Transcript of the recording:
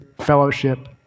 fellowship